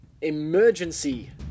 emergency